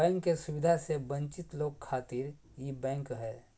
bank के सुविधा से वंचित लोग खातिर ई बैंक हय